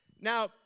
Now